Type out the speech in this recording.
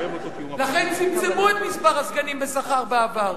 לכן צמצמו את מספר הסגנים בשכר בעבר,